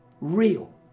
real